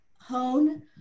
hone